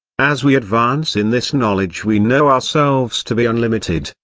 as we advance in this knowledge we know ourselves to be unlimited,